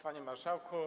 Panie Marszałku!